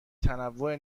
تنوع